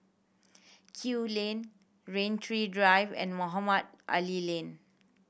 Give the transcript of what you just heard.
Kew Lane Rain Tree Drive and Mohamed Ali Lane